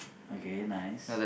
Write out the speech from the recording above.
okay nice